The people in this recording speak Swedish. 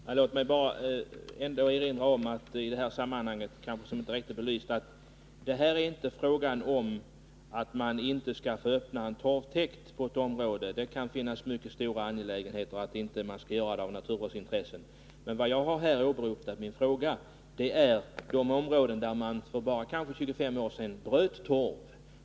Herr talman! Låt mig erinra om att det i detta sammanhang inte är fråga om tillstånd att öppna en torvtäkt. Det kan finnas starka naturvårdsskäl för att så inte skall få ske. Vad jag har åberopat i min fråga är områden där man för kanske bara 25 år sedan bröt torv.